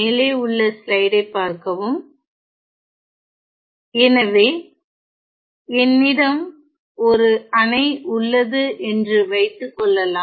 மேலே உள்ள ஸ்லைடைப் பார்க்கவும் எனவே என்னிடம் ஒரு அணை உள்ளது என்று வைத்துக்கொள்ளலாம்